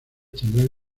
tendrán